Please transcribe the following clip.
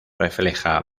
refleja